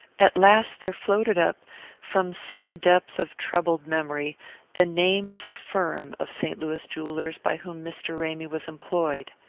at last there floated up from some depth of troubled memory the name of the firm of st. louis jewellers by whom mr. ramy was employed.